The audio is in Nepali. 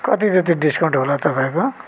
कति जति डिस्काउन्ट होला तपाईँको